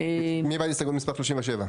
מי בעד הסתייגות מספר 37?